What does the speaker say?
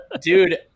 Dude